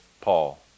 Paul